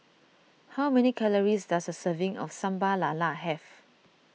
how many calories does a serving of Sambal Lala have